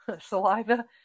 saliva